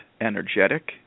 energetic